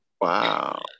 Wow